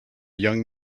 young